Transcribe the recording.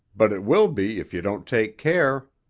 but it will be if you don't take care.